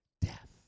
death